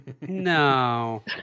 No